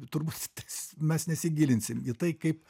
turbūt mes nesigilinsim į tai kaip